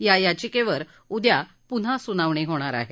या याचिकेवर उद्या पुन्हा सुनावणी होणार आहे